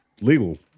legal